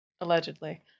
Allegedly